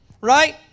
right